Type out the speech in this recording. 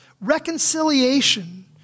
Reconciliation